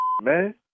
man